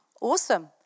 Awesome